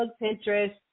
Pinterest